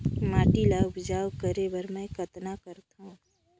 माटी ल उपजाऊ करे बर मै कतना करथव?